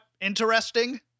interesting